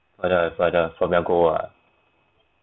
further further from your goal ah